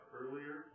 earlier